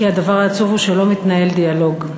כי הדבר העצוב הוא שלא מתנהל דיאלוג,